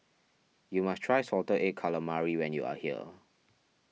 you must try Salted Egg Calamari when you are here